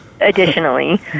additionally